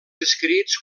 escrits